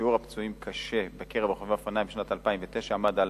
שיעור הפצועים קשה בקרב רוכבי האופניים בשנת 2009 עמד על